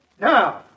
Now